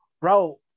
bro